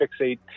fixate